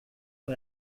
vad